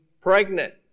pregnant